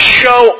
show